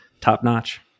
top-notch